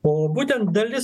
o būtent dalis